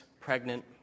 pregnant